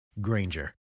Granger